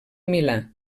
milà